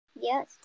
Yes